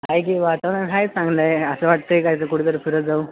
आहे की वातावरण आहे चांगलं आहे असं वाटतं आहे काय तर कुठे तरी फिरत जाऊ